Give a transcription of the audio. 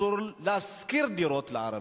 אסור להשכיר דירות לערבים.